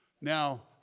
Now